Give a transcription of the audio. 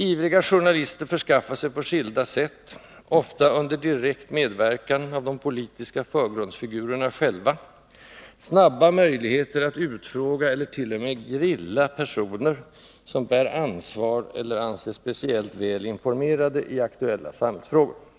Ivriga journalister förskaffar sig på skilda sätt, ofta under direkt medverkan av de politiska förgrundsfigu rerna själva, snabba möjligheter att utfråga eller t.o.m. ”grilla” personer, Nr 49 som bär ansvar eller anses speciellt väl informerade i aktuella samhällsfrå Tisdagen den gor.